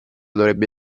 dovrebbe